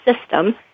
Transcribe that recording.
system